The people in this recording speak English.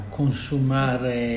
consumare